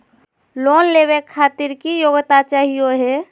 Loan लेवे खातीर की योग्यता चाहियो हे?